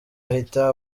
ahita